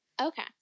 Okay